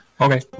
okay